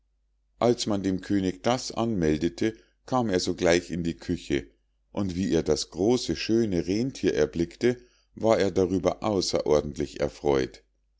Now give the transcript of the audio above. als man dem könig das anmeldete kam er sogleich in die küche und wie er das große schöne rennthier erblickte war er darüber außerordentlich erfreu't